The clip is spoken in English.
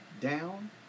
down